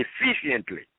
efficiently